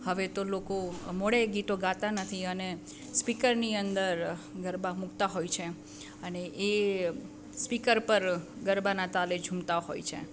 હવે તો લોકો મોઢે ગીતો ગાતા નથી અને સ્પીકરની અંદર ગરબા મૂકતા હોય છે અને એ સ્પીકર પર ગરબાના તાલે ઝુમતા હોય છે